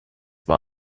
war